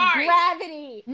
gravity